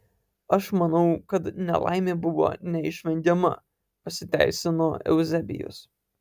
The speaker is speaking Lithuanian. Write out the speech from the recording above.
aš manau kad nelaimė buvo neišvengiama pasiteisino euzebijus